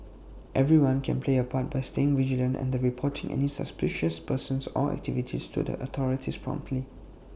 everyone can play A part by staying vigilant and reporting any suspicious persons or activities to the authorities promptly